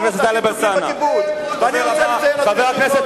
חבר הכנסת